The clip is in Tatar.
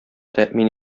тәэмин